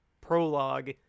prologue